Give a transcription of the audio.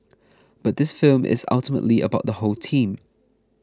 but this film is ultimately about the whole team